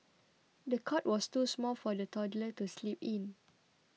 the cot was too small for the toddler to sleep in